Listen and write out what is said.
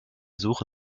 suche